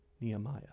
Nehemiah